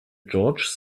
george’s